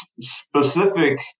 specific